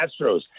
Astros